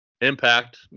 Impact